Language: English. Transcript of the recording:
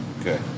Okay